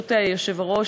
בראשות היושב-ראש,